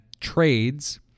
trades